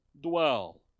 dwell